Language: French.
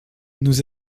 nous